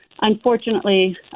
unfortunately